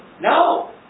No